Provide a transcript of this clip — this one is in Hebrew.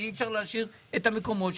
ואי אפשר להשאיר את המקומות האחרים.